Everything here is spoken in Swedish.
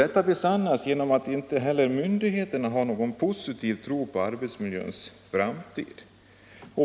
Detta besannas genom att inte heller myndigheterna har någon positiv tro på arbetsmiljöns framtid.